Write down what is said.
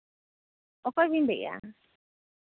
ᱚᱠᱚᱭ ᱵᱮᱱ ᱞᱟᱹᱭᱮᱫᱼᱟ